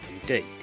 indeed